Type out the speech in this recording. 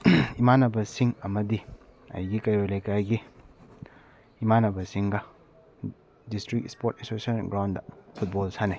ꯏꯃꯥꯟꯅꯕꯁꯤꯡ ꯑꯃꯗꯤ ꯑꯩꯒꯤ ꯀꯩꯔꯣꯜ ꯂꯩꯀꯥꯏꯒꯤ ꯏꯃꯥꯟꯅꯕꯁꯤꯡꯒ district sport association ground football ꯁꯥꯟꯅꯩ